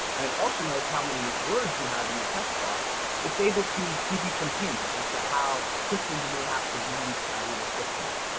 and it also knows how many words you have in your text box so it's able to gives you some hints as to how quickly you may have to read ah your descriptions.